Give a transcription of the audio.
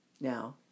now